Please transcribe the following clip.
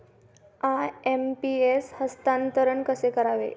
IMPS हस्तांतरण कसे करावे?